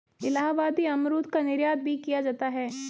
इलाहाबादी अमरूद का निर्यात भी किया जाता है